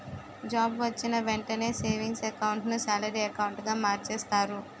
job వొచ్చిన వెంటనే savings account ను సాలరీ అకౌంటుగా మార్చేస్తారు